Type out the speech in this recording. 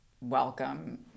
welcome